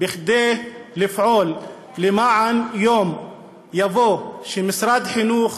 כדי לפעול למען יום שיבוא ומשרד החינוך